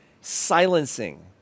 silencing